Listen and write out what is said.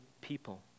people